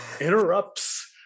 interrupts